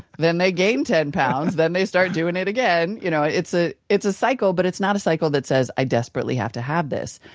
then they gain ten pounds, and then they start doing it again. you know, it's ah it's a cycle but it's not a cycle that says i desperately have to have this.